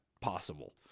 possible